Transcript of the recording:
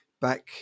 back